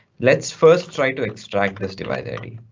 let's first try to extract this device id.